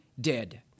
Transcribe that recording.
dead